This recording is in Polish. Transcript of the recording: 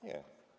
Nie.